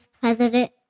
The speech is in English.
president